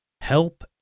Help